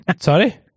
Sorry